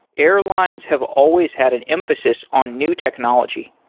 airlines have always had an emphasis on new technology.